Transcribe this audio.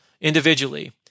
individually